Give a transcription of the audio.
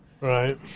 Right